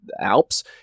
Alps